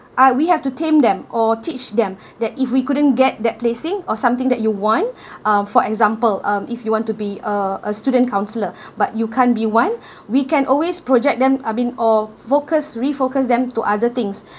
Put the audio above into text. uh we have to tame them or teach them that if we couldn't get that placing or something that you want uh for example um if you want to be a a student counsellor but you can't be one we can always project them I mean or focus refocus them to other things